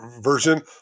version